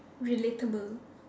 relatable